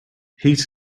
heat